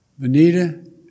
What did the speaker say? Vanita